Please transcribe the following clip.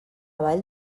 vall